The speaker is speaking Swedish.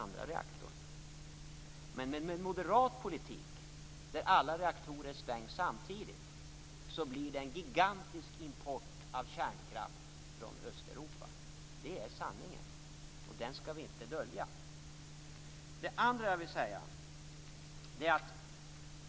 Med en moderat politik, som innebär att alla reaktorer stängs samtidigt, blir det däremot en gigantisk import av kärnkraft från Östeuropa. Det är sanningen. Den skall vi inte dölja.